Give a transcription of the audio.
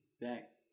back